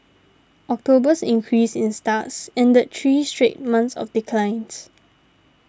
October's increase in starts ended three straight months of declines